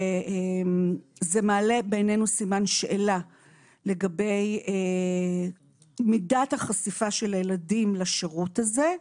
זה מעלה בעינינו סימן שאלה לגבי מידת החשיפה של הילדים לשרות הזה.